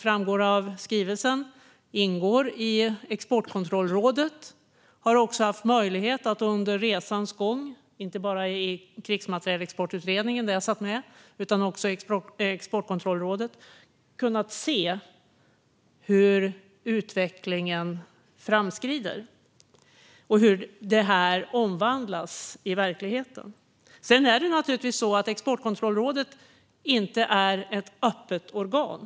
Jag ingår i Exportkontrollrådet, vilket framgår av skrivelsen, och har under resans gång haft möjlighet att även i Krigsmaterielexportutredningen, där jag också satt med, se hur utvecklingen framskrider och hur det här omvandlas i verkligheten. Exportkontrollrådet är inte ett öppet organ.